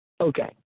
okay